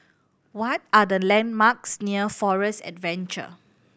what are the landmarks near Forest Adventure